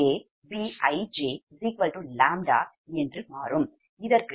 இதற்கு bi2diPgj2ʎBiiPgj2ʎj1j≠1mPgjBijʎ